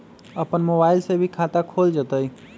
अपन मोबाइल से भी खाता खोल जताईं?